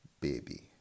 baby